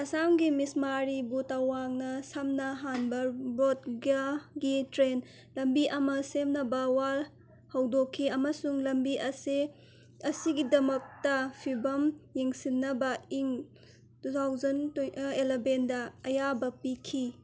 ꯑꯁꯥꯝꯒꯤ ꯃꯤꯁꯃꯥꯔꯤꯕꯨ ꯇꯋꯥꯡꯅ ꯁꯝꯅꯍꯟꯕ ꯕ꯭ꯔꯣꯠ ꯒꯥꯒꯤ ꯇ꯭ꯔꯦꯟ ꯂꯝꯕꯤ ꯑꯃ ꯁꯦꯝꯅꯕ ꯋꯥ ꯍꯧꯗꯣꯛꯈꯤ ꯑꯃꯁꯨꯡ ꯂꯝꯕꯤ ꯑꯁꯤꯒꯤꯗꯃꯛꯇ ꯐꯤꯚꯝ ꯌꯦꯡꯁꯤꯟꯅꯕ ꯏꯪ ꯇꯨ ꯊꯥꯎꯖꯟ ꯑꯦꯂꯕꯦꯟꯗ ꯑꯌꯥꯕ ꯄꯤꯈꯤ